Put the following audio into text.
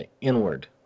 inward